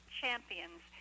champions